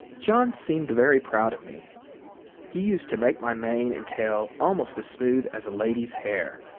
john seemed very proud of me he used to make my mane and tail almost smooth as a lady's hair,